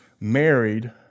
married